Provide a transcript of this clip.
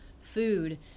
food